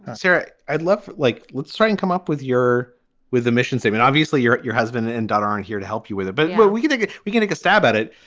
sir i'd love like let's try and come up with your with the missions. i mean, obviously, you're at your husband and and daughter aren't here to help you with a but but we think we can take a stab at it.